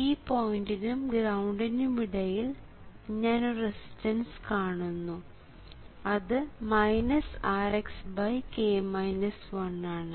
ഈ പോയിന്റിനും ഗ്രൌണ്ടിനും ഇടയിൽ ഞാൻ ഒരു റെസിസ്റ്റൻസ് കാണുന്നു അത് Rx ആണ്